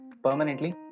Permanently